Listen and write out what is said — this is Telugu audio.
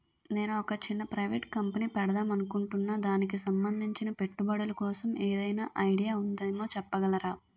నేను ఒక చిన్న ప్రైవేట్ కంపెనీ పెడదాం అనుకుంటున్నా దానికి సంబందించిన పెట్టుబడులు కోసం ఏదైనా ఐడియా ఉందేమో చెప్పగలరా?